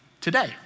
today